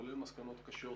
כולל מסקנות קשות